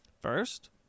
First